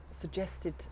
suggested